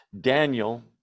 Daniel